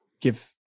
give